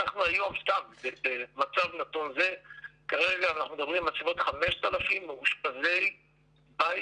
היום במצב נתון מדברים על 5,000 מאושפזי בית